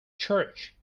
church